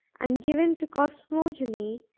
and given to cosmogony,